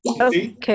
Okay